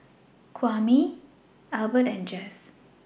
Kwame Albert and Jess